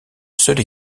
seule